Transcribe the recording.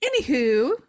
anywho